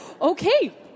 Okay